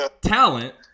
talent